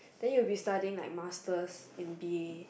then you will be studying like masters in b_a